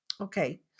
okay